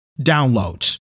downloads